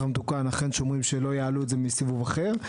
המתוקן אכן שומרים שלא יעלו את זה בסיבוב אחר.